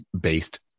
based